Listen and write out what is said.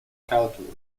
calculus